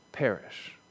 perish